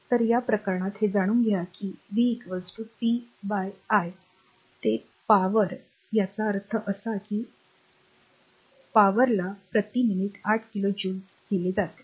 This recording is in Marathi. तर या प्रकरणात हे जाणून घ्या की v p i ते power याचा अर्थ असा की पीला प्रति मिनिट 8 किलो जूल दिले जाते